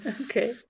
Okay